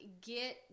get